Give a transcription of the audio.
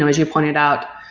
as you pointed out,